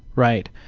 right?